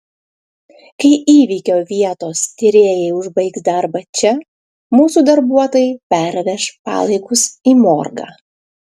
kai įvykio vietos tyrėjai užbaigs darbą čia mūsų darbuotojai perveš palaikus į morgą